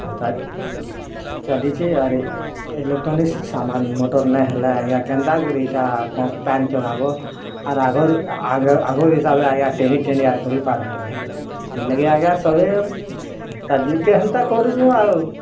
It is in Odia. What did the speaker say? ଏନ୍ତା ଚାଲିଛି ଆରେ ଇଲେକ୍ଟ୍ରୋନିକ୍ ସାମାନ୍ ମଟର୍ ନାଇଁ ହେଲା ଆଜ୍ଞା କେନ୍ତା କରି ଏଇଟା ପାନ୍ ଚଢ଼ାବ ଆର୍ ଆଗରୁ ଆହୁରି ହିସାବ ଆଜ୍ଞା ଟିଣିଟିଣି କରିପାରୁନୁ ସେଥିଲାଗି ଆଜ୍ଞା ସଭିଏଁ ଯେନ୍ତା ହେଉଁଛେ ହେନ୍ତା କରୁଛୁ ଆଉ